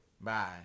Bye